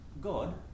God